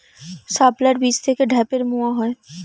শাপলার বীজ থেকে ঢ্যাপের মোয়া হয়?